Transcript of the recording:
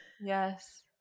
yes